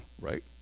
right